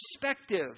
perspective